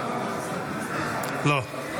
לא.